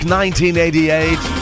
1988